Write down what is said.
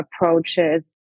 approaches